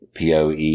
POE